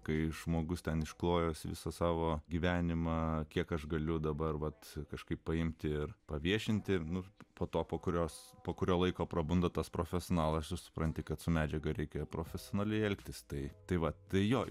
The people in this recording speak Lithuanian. kai žmogus ten išklojęs visą savo gyvenimą kiek aš galiu dabar vat kažkaip paimti ir paviešinti nors po to po kurios po kurio laiko prabunda tas profesionalas supranti kad su medžiaga reikia profesionaliai elgtis tai tai va tai jo